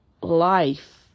life